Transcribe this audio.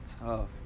Tough